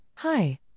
Hi